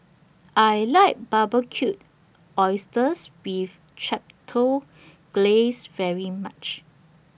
I like Barbecued Oysters with Chipotle Glaze very much